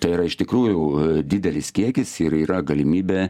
tai yra iš tikrųjų didelis kiekis ir yra galimybė